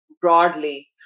broadly